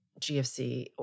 GFC